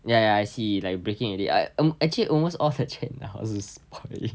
ya ya I see like breaking already I um~ actually almost off the chat now is spoilt already